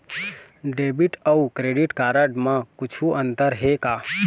Debit अऊ credit card म कुछू अंतर हे का?